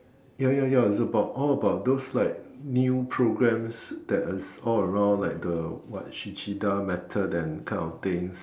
ya ya ya is about all about those like new programs that is all around like the what Shishida method and kind of things